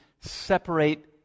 separate